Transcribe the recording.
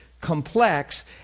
complex